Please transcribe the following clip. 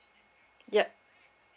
yup